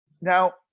Now